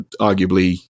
arguably